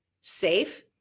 safe